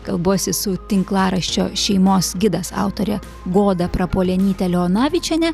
kalbuosi su tinklaraščio šeimos gidas autorė goda prapuolenyte leonavičiene